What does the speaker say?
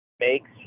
makes